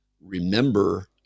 remember